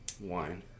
Wine